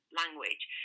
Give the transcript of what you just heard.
language